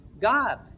God